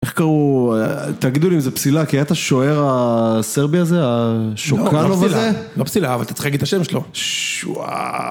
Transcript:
איך קראו... תגידו לי אם זו פסילה, כי היית שוער הסרבי הזה, השוקלוב הזה? לא פסילה, אבל אתה צריך להגיד את השם לו. שוואו...